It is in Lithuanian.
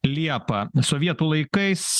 liepa sovietų laikais